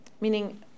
Meaning